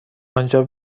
آنجا